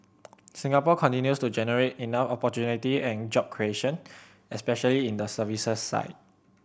Singapore continues to generate enough opportunity and job creation especially in the services side